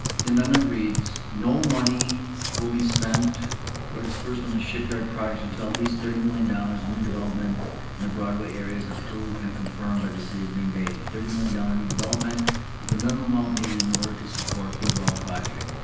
the amendment reads, no money will be spent or dispersed on the shipyard project until at least thirty million dollars in new development in the broadway area is approved and confirmed by the city of green bay. the thirty million dollars new development is the minimum amount needed in order to support the overall project.